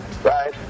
Right